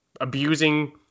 abusing